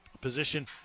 position